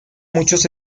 muchos